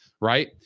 Right